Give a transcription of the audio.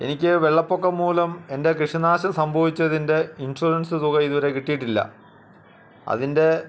എനിക്ക് വെള്ളപ്പൊക്കം മൂലം എൻ്റെ കൃഷി നാശം സംഭവിച്ചതിൻ്റെ ഇൻഷുറൻസ് തുക ഇതുവരെ കിട്ടിയിട്ടില്ല അതിൻ്റെ